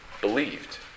believed